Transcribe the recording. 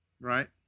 right